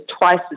twice